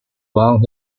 long